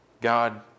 God